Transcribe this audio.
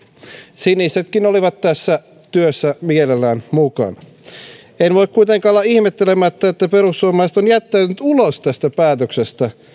sinisetkin olivat tässä työssä mielellään mukana en voi kuitenkaan olla ihmettelemättä että perussuomalaiset ovat jättäytyneet ulos tästä päätöksestä